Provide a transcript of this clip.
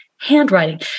handwriting